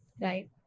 right